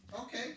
Okay